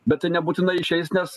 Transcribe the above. bet tai nebūtinai išeis nes